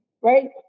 right